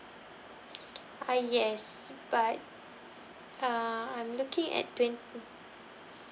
uh yes but uh I'm looking at twen~